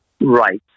Right